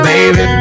Baby